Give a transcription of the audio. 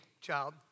child